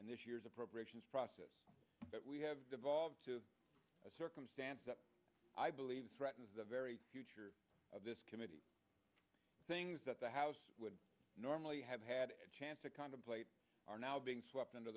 and this year's appropriations process that we have devolved to a circumstance that i believe threatens the very future of this committee things that the house would normally have had a chance to contemplate are now being swept under